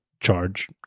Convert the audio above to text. charge